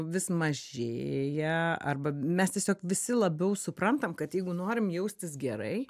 vis mažėja arba mes tiesiog visi labiau suprantam kad jeigu norim jaustis gerai